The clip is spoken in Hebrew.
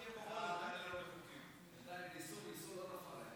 אתה תהיה פה,